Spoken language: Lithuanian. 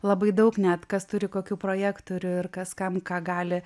labai daug net kas turi kokių projektorių ir kas kam ką gali